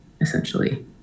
essentially